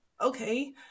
okay